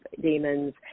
demons